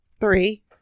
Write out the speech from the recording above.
Three